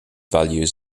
values